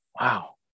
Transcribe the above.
Wow